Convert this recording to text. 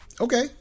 okay